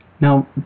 now